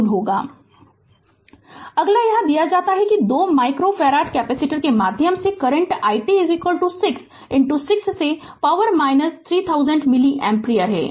Refer Slide Time 2146 अगला यहाँ दिया जाता है कि 2 माइक्रो फैराड कैपेसिटर के माध्यम से करंट i t 6 e से पावर 3000 मिली एम्पीयर है